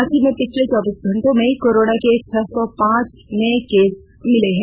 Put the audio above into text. रांची में पिछले चौबीस घंटों में कोरोना के छह सौ पांच नए केस मिले है